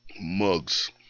mugs